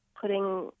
putting